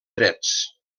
drets